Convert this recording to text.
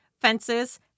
fences